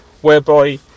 whereby